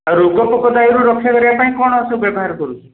ଆଉ ରୋଗ ପୋକ ଦାଉରୁ ରକ୍ଷା କରିବା ପାଇଁ କ'ଣ ସବୁ ବ୍ୟବହାର କରୁଛୁ